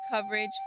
coverage